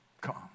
come